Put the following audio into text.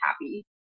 happy